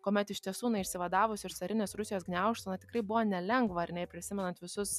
kuomet iš tiesų na išsivadavusi iš carinės rusijos gniaužtų na tikrai buvo nelengva ar ne ir prisimenant visus